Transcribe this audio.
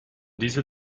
diese